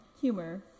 humor